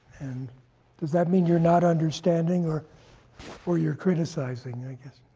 and does that mean you're not understanding or or you're criticizing, i guess?